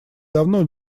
давно